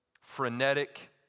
Frenetic